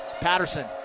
Patterson